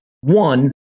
one